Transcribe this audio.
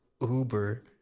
Uber